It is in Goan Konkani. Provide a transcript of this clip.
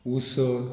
उस